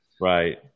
Right